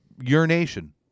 Urination